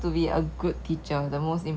kidding lah 我会想要做老师 leh